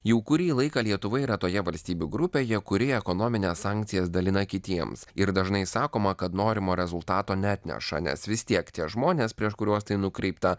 jau kurį laiką lietuva yra toje valstybių grupėje kuri ekonomines sankcijas dalina kitiems ir dažnai sakoma kad norimo rezultato neatneša nes vis tiek tie žmonės prieš kuriuos tai nukreipta